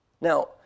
Now